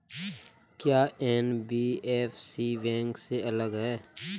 क्या NBFC bank से अलग है?